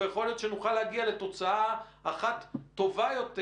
ויכול להיות שנוכל להגיע לתוצאה אחת טובה יותר